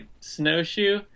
snowshoe